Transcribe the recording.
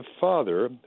Father